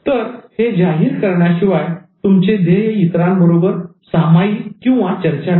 तर हे जाहीर करण्याशिवाय तुमचे ध्येय इतरांबरोबर सामायिकचर्चा करा